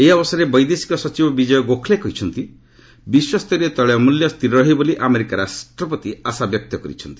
ଏହି ଅବସରରେ ବୈଦେଶିକ ସଚିବ ବିଜୟ ଗୋଖ୍ଲେ କହିଛନ୍ତି ବିଶ୍ୱସ୍ତରୀୟ ତୈଳ ମୂଲ୍ୟ ସ୍ଥିର ରହିବ ବୋଲି ଆମେରିକା ରାଷ୍ଟ୍ରପତି ଆଶାବ୍ୟକ୍ତ କରିଛନ୍ତି